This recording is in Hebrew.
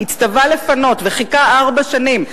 הצטווה לפנות וחיכה ארבע שנים,